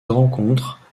rencontre